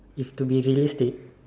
if to be realistic